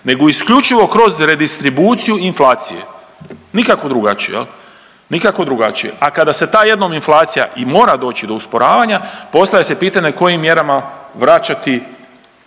nego isključivo kroz redistribuciju inflacije, nikako drugačije jel, nikako drugačije, a kada se ta jednom inflacija i mora doći do usporavanja postavlja se pitanje kojim mjerama vraćati